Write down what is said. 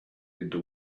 into